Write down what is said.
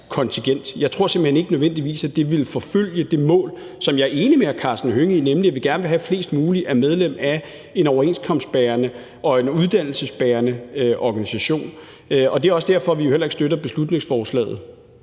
kontingent. Jeg tror simpelt hen ikke, at det nødvendigvis ville forfølge det mål, som jeg er enig med hr. Karsten Hønge i, nemlig at vi gerne vil have, at flest mulige er medlem af en overenskomstbærende og uddannelsesbærende organisation. Og det er også derfor, vi heller ikke støtter beslutningsforslaget.